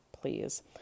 Please